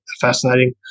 fascinating